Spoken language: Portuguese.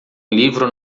livro